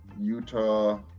Utah